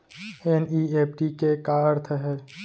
NEFT के का अर्थ है?